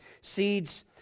seeds